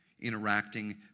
interacting